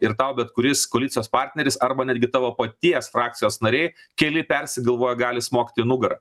ir tau bet kuris koalicijos partneris arba netgi tavo paties frakcijos nariai keli persigalvoję gali smogt į nugarą